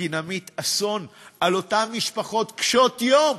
כי נמיט אסון על אותן משפחות קשות-יום,